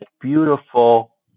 beautiful